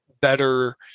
better